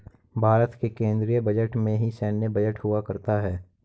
भारत के केन्द्रीय बजट में ही सैन्य बजट हुआ करता है